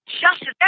justice